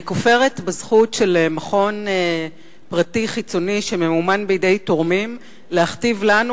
אני כופרת בזכות של מכון פרטי חיצוני שממומן בידי תורמים להכתיב לנו,